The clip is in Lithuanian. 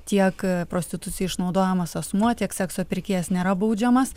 tiek prostitucija išnaudojamas asmuo tiek sekso pirkėjas nėra baudžiamas